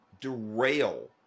derail